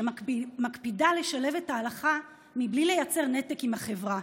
שמקפידה לשלב את ההלכה בלי לייצר נתק עם החברה.